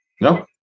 no